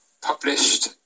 published